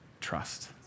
trust